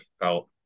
felt